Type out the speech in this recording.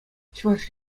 чӑваш